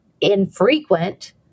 infrequent